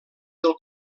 del